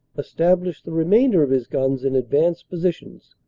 established the remainder of his guns in advanced positions,